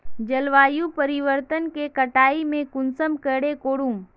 जलवायु परिवर्तन के कटाई में कुंसम करे करूम?